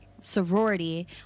sorority